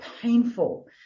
painful